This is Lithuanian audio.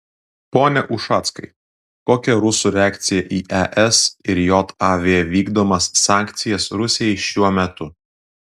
pone ušackai kokia rusų reakcija į es ir jav vykdomas sankcijas rusijai šiuo metu